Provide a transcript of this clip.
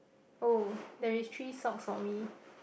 oh there is three socks for me